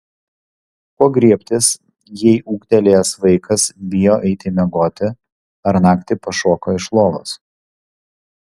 ko griebtis jei ūgtelėjęs vaikas bijo eiti miegoti ar naktį pašoka iš lovos